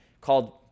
called